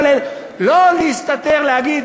אבל לא להסתתר ולהגיד: